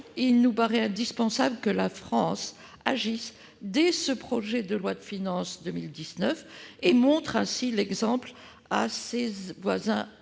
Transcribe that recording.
il nous paraît indispensable que la France agisse, dès ce projet de loi de finances pour 2019, et montre ainsi l'exemple à ses voisins